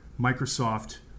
Microsoft